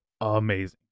amazing